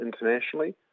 internationally